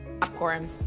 popcorn